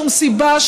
שום סיבה,